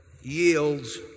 yields